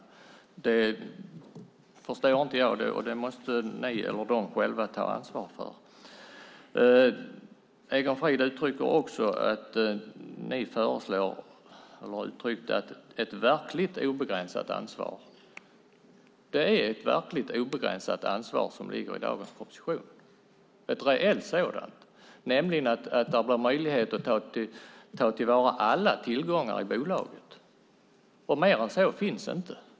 Jag förstår inte det, och det måste de berörda själva ta ansvar för. Egon Frid uttryckte det så att ni föreslår ett verkligt obegränsat ansvar. Det är ett verkligt obegränsat ansvar som föreslås i propositionen. Man har möjlighet att ta i anspråk alla tillgångar i bolaget, och mer än så finns inte.